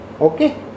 okay